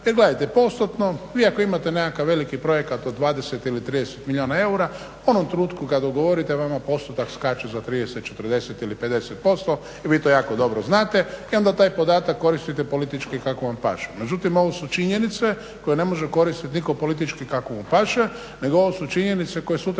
jer gledajte postotno vi ako imate nekakav veliki projekat od 20 ili 30 milijuna eura u onom trenutku kada odgovorite vama postotak skače za 30, 40, 50% i vi to jako dobro znate i onda taj podataka politički kako vam paše. Međutim, ovo su činjenice koje ne može koristiti nitko politički kako mu paše nego ovo su činjenice koje sutra